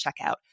checkout